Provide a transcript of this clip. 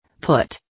put